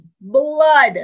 blood